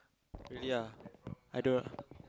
really ah I don't